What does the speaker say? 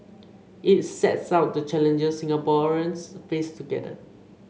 it sets out the challenges Singaporeans face together